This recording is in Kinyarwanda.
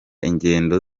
ingendo